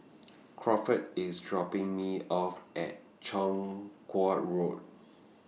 Crawford IS dropping Me off At Chong Kuo Road